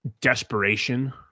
desperation